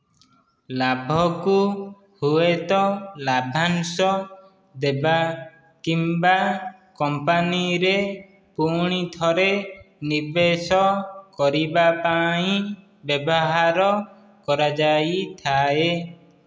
ଲାଭକୁ ହୁଏତ ଲାଭାଂଶ ଦେବା କିମ୍ବା କମ୍ପାନୀରେ ପୁଣିଥରେ ନିବେଶ କରିବା ପାଇଁ ବ୍ୟବହାର କରାଯାଇଥାଏ